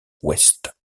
ouest